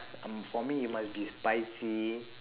um for me it must be spicy